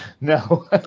No